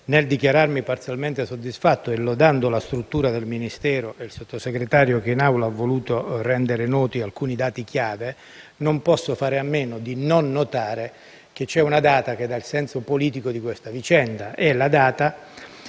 nel dichiararmi parzialmente soddisfatto e lodando la struttura del Ministero e il Sottosegretario che in Aula ha voluto rendere noti alcuni dati chiave, non posso fare a meno di notare che c'è una data che dà il senso politico di questa vicenda,